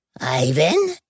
Ivan